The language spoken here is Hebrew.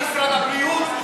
משרד הבריאות,